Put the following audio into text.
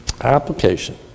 application